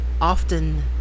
often